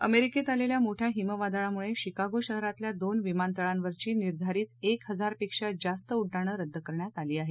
अमेरिकेत आलेल्या मोठ्या हीमवादळामुळे शिकागो शहरातल्या दोन विमानतळांवरची निर्धारित एक हजारपेक्षा जास्त उड्डाणं रद्द करण्यात आली आहेत